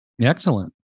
Excellent